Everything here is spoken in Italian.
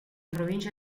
provincia